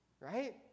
Right